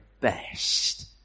best